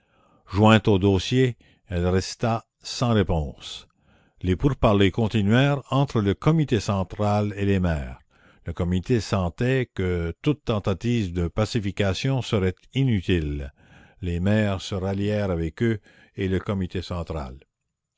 jointe au dossier elle resta sans réponse les pourparlers continuèrent entre le comité central et les maires le comité sentait que toute tentative de pacification serait inutile les maires se rallièrent avec eux et le comité central